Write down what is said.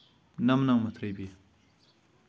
نَمنَمَتھ رۄپیہِ